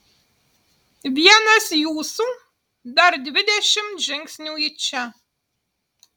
vienas jūsų dar dvidešimt žingsnių į čia